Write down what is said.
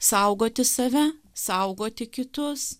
saugoti save saugoti kitus